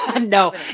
No